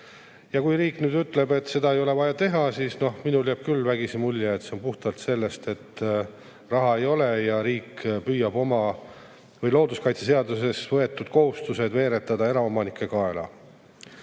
Ja kui riik nüüd ütleb, et tal seda ei ole vaja teha, siis minule jääb küll vägisi mulje, et see on puhtalt sel põhjusel, et raha ei ole ja riik püüab looduskaitseseaduses võetud kohustused veeretada eraomanike